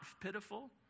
pitiful